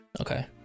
Okay